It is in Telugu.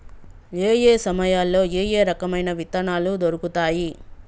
ఏయే సమయాల్లో ఏయే రకమైన విత్తనాలు దొరుకుతాయి?